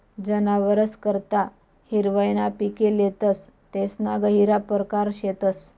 जनावरस करता हिरवय ना पिके लेतस तेसना गहिरा परकार शेतस